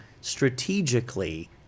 strategically